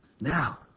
Now